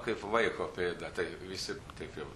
kaip vaiko pėda tai visi taip jau